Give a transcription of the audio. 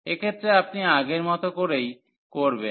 এক্ষেত্রে আপনি আগের মতো করেই করবেন